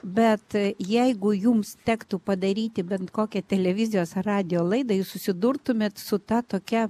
bet jeigu jums tektų padaryti bent kokią televizijos radijo laidą jūs susidurtumėt su ta tokia